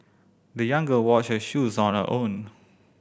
the young girl washed her shoes on her own